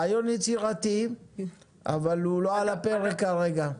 רעיון יצירתי, אבל הוא לא על הפרק כרגע.